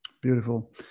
Beautiful